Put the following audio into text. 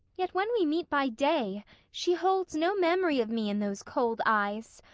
yet when we meet by day she holds no memory of me in those cold eyes.